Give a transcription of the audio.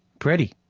pretty.